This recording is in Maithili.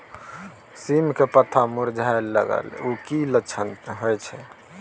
सीम के पत्ता मुरझाय लगल उ कि लक्षण होय छै?